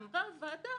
אמרה הוועדה: